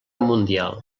mundial